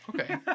Okay